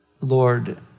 Lord